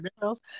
girls